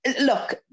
look